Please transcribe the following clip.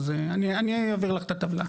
אז אני אעביר לך את הטבלה,